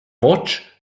watch